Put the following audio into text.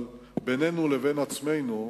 אבל בינינו לבין עצמנו,